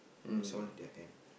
it's all in their hand